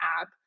app